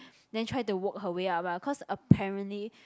then try to work her way up ah cause apparently